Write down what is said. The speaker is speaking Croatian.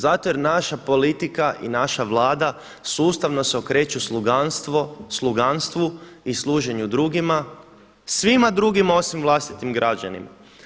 Zato jer naša politika i naša Vlada sustavno se okreću sluganstvu i služenju drugima, svima drugima osim vlastitim građanima.